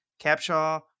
capshaw